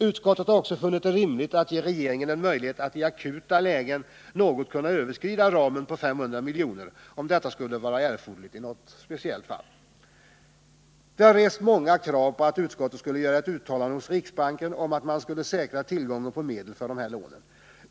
Utskottet har också funnit det rimligt att ge regeringen en möjlighet att vid akuta lägen något kunna överskrida ramen på 500 miljoner, om detta skulle vara erforderligt i något speciellt fall. Det har rests många krav på att utskottet skulle göra ett uttalande om att riksbanken skulle säkra tillgången på medel för de här lånen.